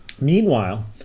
Meanwhile